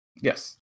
Yes